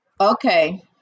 Okay